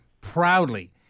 proudly